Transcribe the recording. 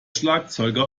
schlagzeuger